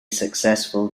successful